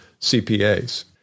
CPAs